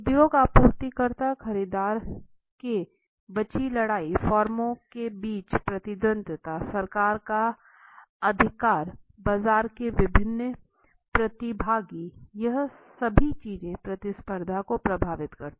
उद्योग आपूर्तिकर्ता खरीदार के बीच लड़ाई फर्मों के बीच प्रतिद्वंद्विता सरकार का अधिकार बाजार में विभिन्न प्रतिभागीयह सभी चीज़ें प्रतिस्पर्धा को प्रभावित करती